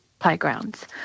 Playgrounds